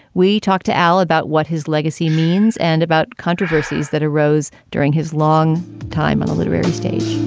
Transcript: we talked to al about what his legacy means and about controversies that arose during his long time in the literary stage